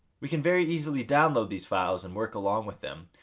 we can very easily download these files and work along with them,